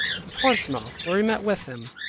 to portsmouth, where we met with him,